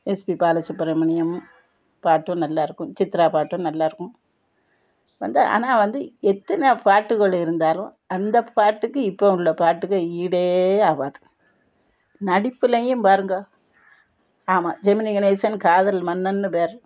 SP Balasubrahmanyam பாட்டும் நல்லா இருக்கும் சித்ரா பாட்டும் நல்லா இருக்கும் வந்து ஆனால் வந்து எத்தனை பாட்டுகள் இருந்தாலும் அந்த பாட்டுக்கு இப்போ உள்ள பாட்டுக்கும் ஈடே ஆகாது நடிப்பிலையும் பாருங்கள் ஆமாம் ஜெமினிகணேசன் காதல் மன்னன்னு பேர்